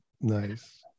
nice